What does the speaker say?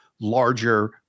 larger